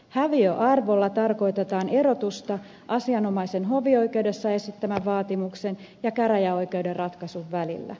häviöarvolla tarkoitetaan erotusta asianomaisen hovioikeudessa esittämän vaatimuksen ja käräjäoikeuden ratkaisun välillä